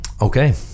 Okay